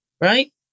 right